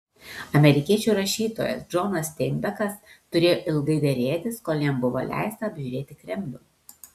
amerikiečių rašytojas džonas steinbekas turėjo ilgai derėtis kol jam buvo leista apžiūrėti kremlių